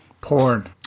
Porn